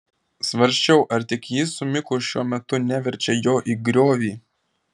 svarsčiau ar tik ji su miku šiuo metu neverčia jo į griovį